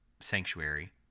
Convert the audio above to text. sanctuary